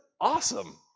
awesome